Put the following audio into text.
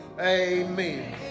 Amen